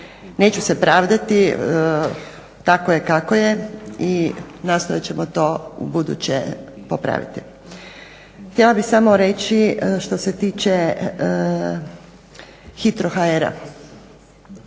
Neću se pravdati, tako je kako je i nastojat ćemo to u buduće popraviti. Htjela bih samo reći što se tiče HITRO-HR.